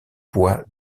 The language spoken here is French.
bois